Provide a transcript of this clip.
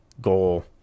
goal